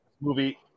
movie